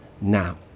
now